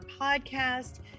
podcast